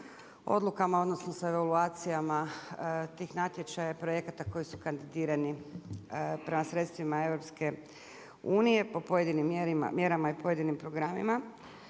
odlukama odnosno sa evaluacijama tih natječaja i projekata koji su kandidirani prema sredstvima EU po pojedinim mjerama i pojedinim programima.